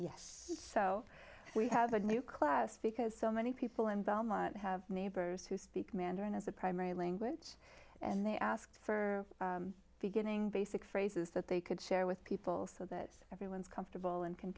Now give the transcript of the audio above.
yes so we have a new class because so many people in belmont have neighbors who speak mandarin as a primary language and they ask for beginning basic phrases that they could share with people so that everyone is comfortable and can